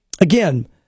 again